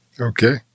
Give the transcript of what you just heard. Okay